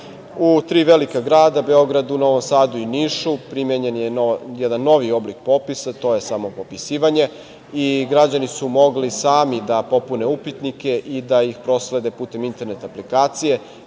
tri velika grada, Beogradu, Novom Sadu i Nišu, primenjen je jedan novi oblik popisa, to je samopopisivanje, i građani su mogli sami da popune upitnike i da ih proslede putem internet aplikacije.